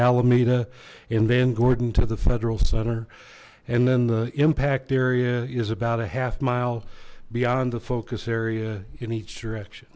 alameda and then gordon to the federal center and then the impact area is about a half mile beyond the focus area in each direction